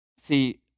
See